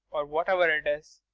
or whatever it is,